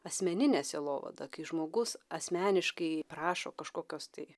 asmeninę sielovadą kai žmogus asmeniškai prašo kažkokios tai